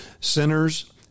sinners